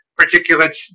particulates